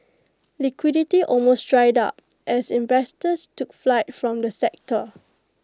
liquidity almost dried up as investors took flight from the sector